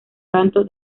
canto